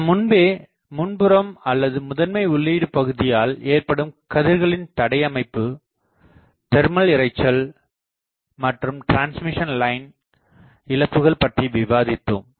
நாம் முன்பே முன்புறம் அல்லது முதன்மை உள்ளீடு பகுதியால் ஏற்படும் கதிர்களின் தடை அமைப்பு தெர்மல் இரைச்சல் மற்றும் டிரன்ஸ்மிஷன் லைன் இழப்புகள் பற்றி விவாதித்தோம்